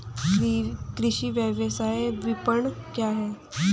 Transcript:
कृषि व्यवसाय विपणन क्या है?